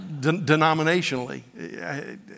denominationally